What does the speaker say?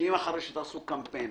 אם זה כך, אז אנחנו